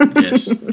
Yes